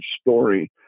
story